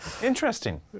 Interesting